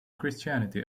christianity